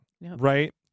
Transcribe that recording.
right